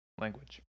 language